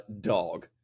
dog